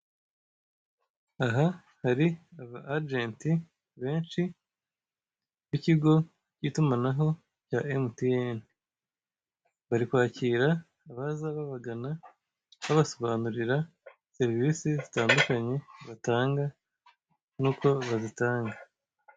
Aha hari abagenti benshi b'ikigo cy'itumanaho cya mtn barikwakira abaza babagana, babasobanurira serivisi zitandukanye bitanga nuko bazitanga.